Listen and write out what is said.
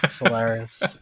Hilarious